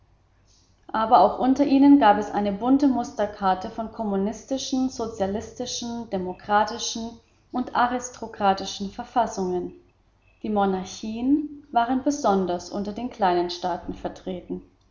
aber auch unter ihnen gab es eine bunte musterkarte von kommunistischen sozialistischen demokratischen und aristokratischen verfassungen die monarchien waren besonders unter den kleineren staaten vertreten